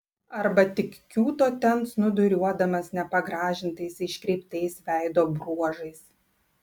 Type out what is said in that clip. arba tik kiūto ten snūduriuodamas nepagražintais iškreiptais veido bruožais